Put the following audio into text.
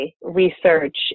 research